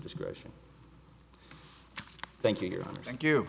discretion thank you thank you